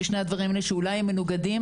שני הדברים האלה שאולי הם מנוגדים,